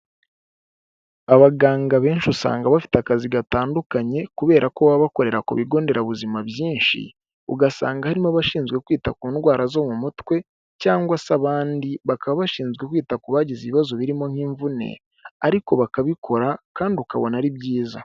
Abaganga benshi usanga bafite akazi gatandukanye kubera ko baba bakorera ku bigo nderabuzima byinshi, ugasanga harimo abashinzwe kwita ku ndwara zo mu mutwe cyangwa se abandi bakaba bashinzwe kwita ku bagize ibibazo birimo nk'imvune, ariko bakabikora kandi ukabona ari byiza.